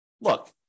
look